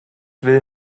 will